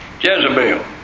Jezebel